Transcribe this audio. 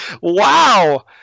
wow